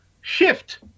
shift